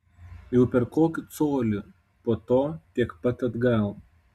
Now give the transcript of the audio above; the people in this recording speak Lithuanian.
jau per kokį colį po to tiek pat atgal